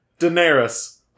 Daenerys